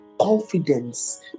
confidence